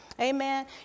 Amen